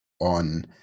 on